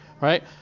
right